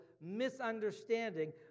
misunderstanding